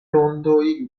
rondoj